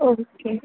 okay